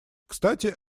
кстати